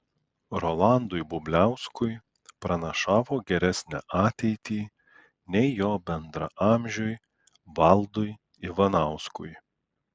rolandui bubliauskui pranašavo geresnę ateitį nei jo bendraamžiui valdui ivanauskui